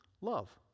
love